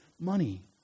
money